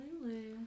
lulu